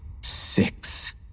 six